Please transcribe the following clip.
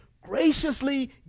graciously